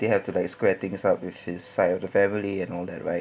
he had to like screw things up cause with his side of the family and all that right